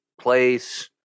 place